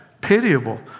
pitiable